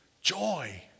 Joy